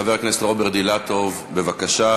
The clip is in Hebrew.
חבר הכנסת רוברט אילטוב, בבקשה.